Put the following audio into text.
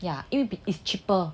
ya 因为 it's cheaper to